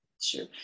Sure